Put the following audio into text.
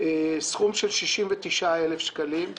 סכום של 69,000 אלפי שקלים,